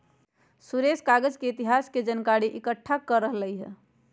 सुरेश कागज के इतिहास के जनकारी एकट्ठा कर रहलई ह